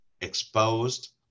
exposed